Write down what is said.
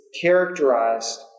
characterized